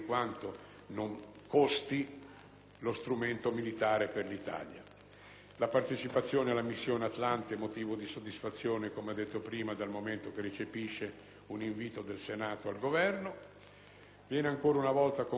La partecipazione alla missione denominata Atalanta è motivo di soddisfazione, come ho detto prima, dal momento che recepisce un invito del Senato al Governo. Viene ancora una volta confermata l'affidabilità che l'Italia con le sue Forze armate e di polizia